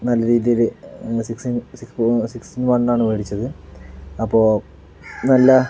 നല്ല രീതിയില് six six six in വണ്ണാണ് മേടിച്ചത് അപ്പോൾ നല്ല